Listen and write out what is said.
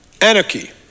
Anarchy